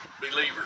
believers